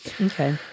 Okay